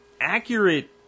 accurate